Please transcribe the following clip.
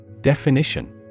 Definition